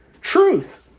truth